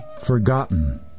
Forgotten